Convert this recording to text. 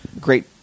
great